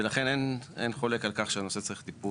ולכן, אין חולק על כך שהנושא צריך טיפול.